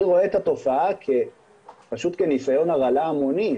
אני רואה את התופעה פשוט כניסיון הרעלה המוני,